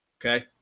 okay.